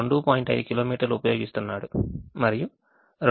5 కిలోమీటర్లు ఉపయోగిస్తున్నాడు మరియు మిగిలిన 2